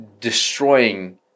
destroying